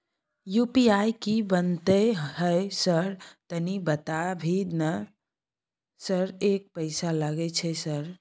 UPI की बनते है सर तनी बता भी ना सर एक पैसा लागे छै सर?